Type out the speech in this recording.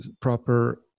Proper